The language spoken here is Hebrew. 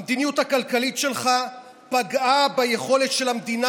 המדיניות הכלכלית שלך פגעה ביכולת של המדינה